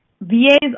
VAs